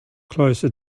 closer